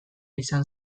izan